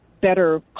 better